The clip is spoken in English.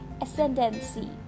ascendancy